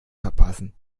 verpassen